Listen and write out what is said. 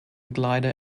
glider